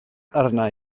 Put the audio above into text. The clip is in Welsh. arna